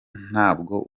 ntabwo